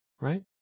right